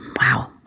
Wow